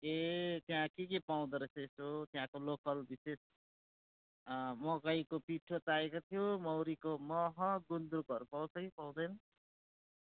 ए त्यहाँ के के पाउँदो रहेछ यसो त्याँहको लोकल विशेष मकैको पिठो चाहिएको थियो मौरीको मह गुन्द्रुकहरू पाँउछ कि पाउँदैन